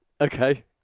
Okay